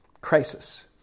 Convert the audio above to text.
Crisis